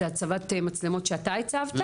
זה הצבת מצלמות שאתה הצבת?